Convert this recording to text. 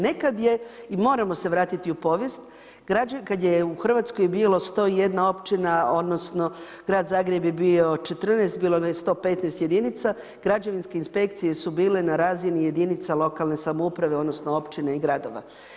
Nekad je, i moramo se vratiti u povijest, kad je u Hrvatskoj bilo 101 općina, odnosno Grad Zagreb je bio 14, bilo je 115 jedinica, građevinske inspekcije su bile na razini jedinica lokalne samouprave, odnosno općina i gradova.